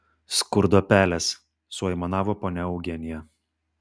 skurdo pelės suaimanavo ponia eugenija